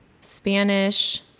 Spanish